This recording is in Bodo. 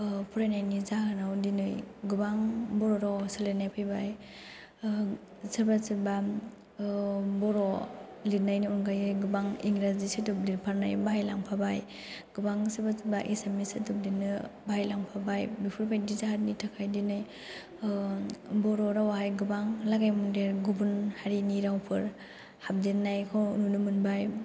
फरायनायनि जाहोनाव दिनै गोबां बर' रावाव सोलायनाय फैबाय सोरबा सोरबा बर' लिरनायनि अनगायै गोबां इंराजि सोदोब लिरफानाय बाहाय लांफाबाय गोबां सोरबा सोरबा एसामिस सोदोब लिरनो बाहाय लांफाबाय बेफोर बायदि जाहोननि थाखाय दिनै बर' रावाहाय गाेबां लागायमाेन्देर गुबुन हारिनि रावफाेर हाबदेरनायखौ नुनो मोनबाय